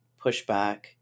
pushback